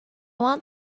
want